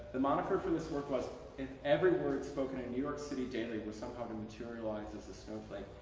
the moniker for this work was if every word spoken in new york city daily was somehow to materialize as a snowflake,